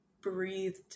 breathed